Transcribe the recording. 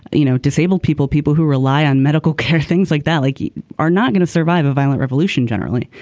you know disabled people people who rely on medical care things like that like you are not going to survive a violent revolution generally.